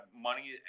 money